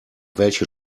welche